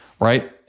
Right